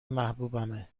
محبوبمه